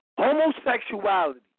homosexuality